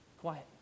Quiet